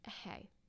hey